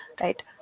right